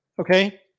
okay